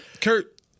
Kurt